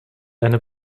eine